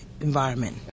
environment